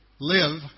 live